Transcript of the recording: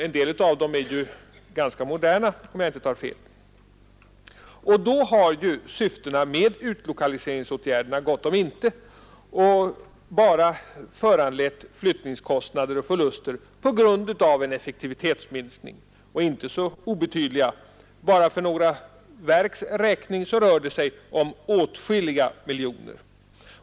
En del av dem är ju också — om jag inte tar fel — ganska moderna. Då har syftet med utlokaliseringsåtgärderna gått om intet och bara vållat flyttningskostnader och förluster genom en effektivitetsminskning. Dessa förluster är inte så obetydliga. Bara för några verks räkning rör det sig om åtskilliga miljoner.